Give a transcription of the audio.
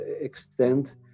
extent